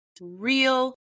real